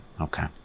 okay